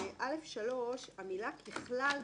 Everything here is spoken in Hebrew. ב-(א)(3): המילים "ככלל,